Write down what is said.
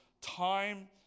time